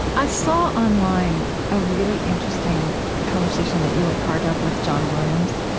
i saw online a really interesting conversation that you were part of with john williams.